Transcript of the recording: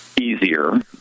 easier